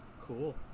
cool